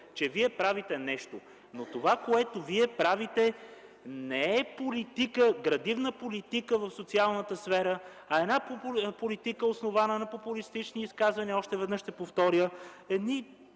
че вие правите нещо. Но това, което вие правите, не е градивна политика в социалната сфера, а една политика, основана на популистични изказвания. Още веднъж ще повторя: